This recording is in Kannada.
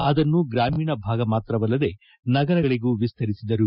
ಅದನ್ನು ಗ್ರಾಮೀಣ ಭಾಗ ಮಾತ್ರವಲ್ಲದೆ ನಗರಗಳಿಗೂ ವಿಸ್ತರಿಸಿದರು